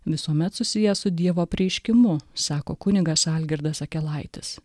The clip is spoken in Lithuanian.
visuomet susiję su dievo apreiškimu sako kunigas algirdas akelaitis